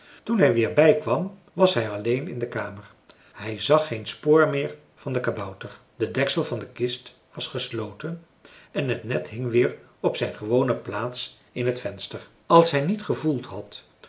toen hij weer bijkwam was hij alleen in de kamer hij zag geen spoor meer van den kabouter de deksel van de kist was gesloten en het net hing weer op zijn gewone plaats in het venster als hij niet gevoeld had